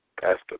Pastor